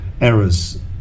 errors